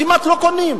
כמעט לא קונים.